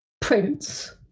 Prince